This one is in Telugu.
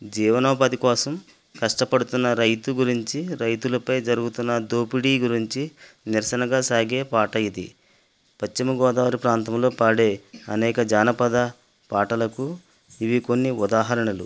జీవనోపాధికోసం కష్టపడుతున్న రైతు గురించి రైతులపై జరుగుతున్న దోపిడీ గురించి నిరసనగా సాగే పాట ఇది పశ్చిమ గోదావరి ప్రాంతంలో అనేక జానపద పాటలకు ఇవి కొన్ని ఉదాహరణాలు